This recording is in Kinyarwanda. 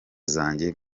zanjye